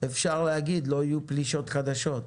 אפשר להגיד לא יהיו פלישות חדשות,